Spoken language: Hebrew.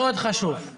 מאוד חשוב.